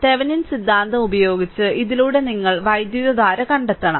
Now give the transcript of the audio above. Thevenin സിദ്ധാന്തം ഉപയോഗിച്ച് ഇതിലൂടെ നിങ്ങൾ വൈദ്യുതധാര കണ്ടെത്തണം